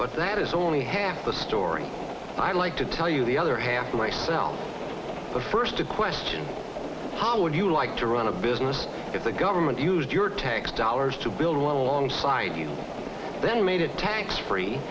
but that is only half the story i like to tell you the other half myself the first to question how would you like to run a business if the government used your tax dollars to build one alongside you then made it tax free